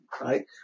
right